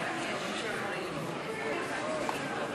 בבקשה, אדוני.